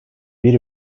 bir